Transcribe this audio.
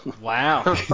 Wow